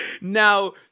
Now